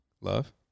Love